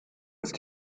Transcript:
ist